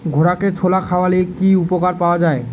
ঘোড়াকে ছোলা খাওয়ালে কি উপকার পাওয়া যায়?